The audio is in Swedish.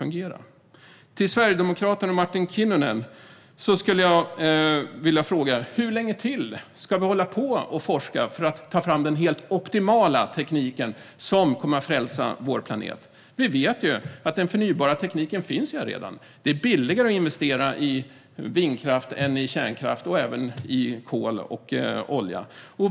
Jag vill rikta mig till Sverigedemokraterna och Martin Kinnunen och fråga: Hur länge till ska vi hålla på och forska för att ta fram den helt optimala teknik som kommer att frälsa vår planet? Vi vet att den förnybara tekniken redan finns. Det är billigare att investera i vindkraft än i kärnkraft och även kol och olja.